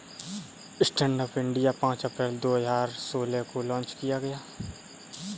stand up India पांच अप्रैल दो हजार सोलह को लॉन्च किया गया